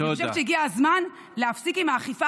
אני חושבת שהגיע הזמן להפסיק עם האכיפה